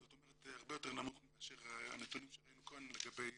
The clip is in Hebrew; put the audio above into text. זאת אומרת הרבה יותר נמוך מאשר הנתונים שראינו כאן לגבי